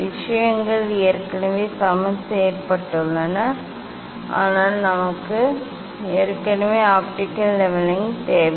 விஷயங்கள் ஏற்கனவே சமன் செய்யப்பட்டுள்ளன ஆனால் நமக்கு ஏன் ஆப்டிகல் லெவலிங் தேவை